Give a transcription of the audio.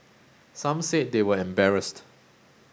some said they were embarrassed